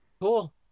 cool